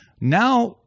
now